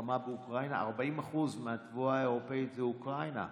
המלחמה באוקראינה: 40% מהתבואה האירופית זה אוקראינה.